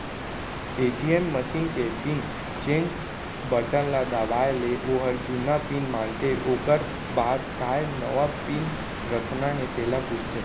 ATM machine के pin change button ल दबाए ले ओहर जुन्ना पिन मांगथे ओकर बाद काय नवा पिन रखना हे तेला पूछथे